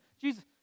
Jesus